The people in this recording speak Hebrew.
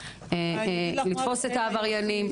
אני אפרט יש לנו בכניסה לעיר שלוש מצלמות.